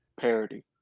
parody